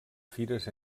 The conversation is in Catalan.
fires